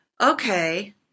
okay